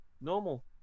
normal